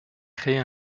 créez